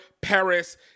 Paris